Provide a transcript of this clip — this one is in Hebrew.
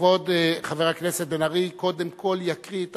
כבוד חבר הכנסת בן-ארי קודם כול יקריא את